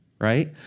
right